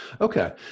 Okay